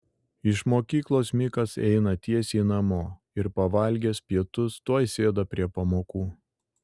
iš mokyklos mikas eina tiesiai namo ir pavalgęs pietus tuoj sėda prie pamokų